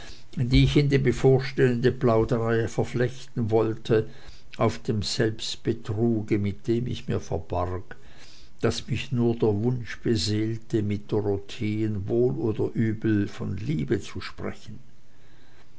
die ich in die bevorstehende plauderei verflechten wollte auf dem selbstbetruge mit dem ich mir verbarg daß mich nur der wunsch beseelte mit dorotheen wohl oder übel von liebe zu sprechen